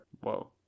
Whoa